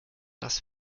das